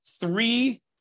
three